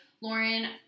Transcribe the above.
Lauren